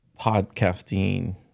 podcasting